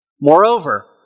Moreover